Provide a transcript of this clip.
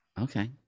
Okay